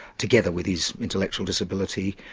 together with his intellectual disability,